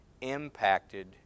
impacted